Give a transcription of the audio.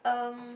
um